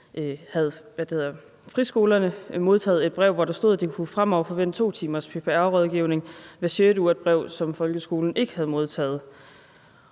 friskolerne i Ringsted modtaget et brev, hvori der stod, at de fremover kunne forvente 2 timers PPR-rådgivning hver sjette uge – et brev, som folkeskolerne ikke havde modtaget.